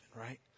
right